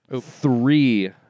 three